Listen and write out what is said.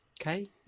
Okay